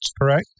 Correct